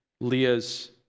Leah's